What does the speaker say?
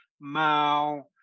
Mao